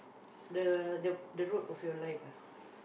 the the road of your life ah